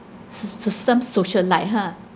s~ s~ some socialite ha